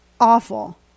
awful